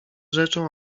rzeczą